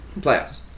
playoffs